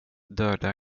döda